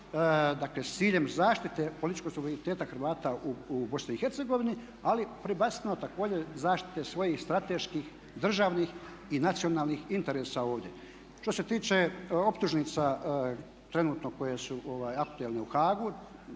nama, s ciljem zaštite političkog suvereniteta Hrvata u BiH ali …/Govornik se ne razumije./… zaštite svojih strateških državnih i nacionalnih interesa ovdje. Što se tiče optužnica trenutno koje su aktualne u Haagu